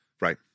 Right